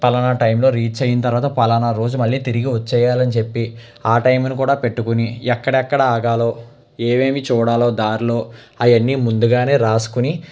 పలానా టైంలో రీచ్ అయిన తర్వాత పలానా రోజు మళ్ళీ తిరిగి వచ్చేయాలని చెప్పి ఆ టైంను కూడా పెట్టుకుని ఎక్కడెక్కడ ఆగాలో ఏవేమి చూడాలో దారిలో అయన్నీ ముందుగానే రాసుకుని